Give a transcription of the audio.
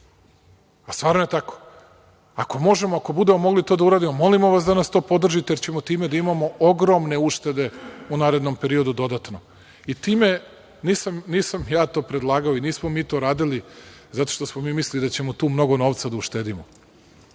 Stvarno je tako. Ako možemo, ako budemo mogli da to uradimo, molimo vas da nas podržite, jer ćemo time da imamo ogromne uštede u narednom periodu dodatno. Nisam ja to predlagao, nismo mi to radili zato što smo mi mislili da ćemo tu mnogo novca da uštedimo.